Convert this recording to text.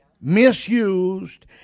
misused